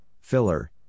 filler